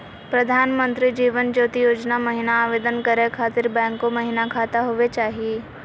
प्रधानमंत्री जीवन ज्योति योजना महिना आवेदन करै खातिर बैंको महिना खाता होवे चाही?